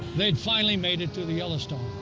they'd finally made it to the yellowstone.